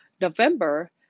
November